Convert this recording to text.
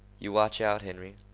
you watch out, henry,